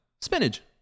spinach